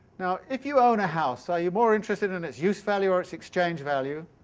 now, if you own a house, are you more interested in its use-value or its exchange-value?